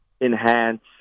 enhance